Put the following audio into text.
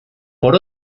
por